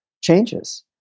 changes